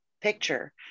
picture